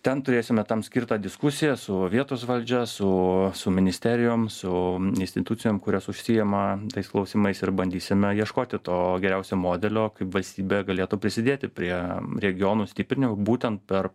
ten turėsime tam skirtą diskusiją su vietos valdžia su su ministerijom su institucijom kurios užsiima tais klausimais ir bandysime ieškoti to geriausio modelio kaip valstybė galėtų prisidėti prie regionų stiprinimo būtent per